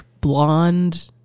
blonde